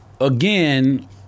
Again